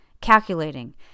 calculating